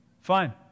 Fine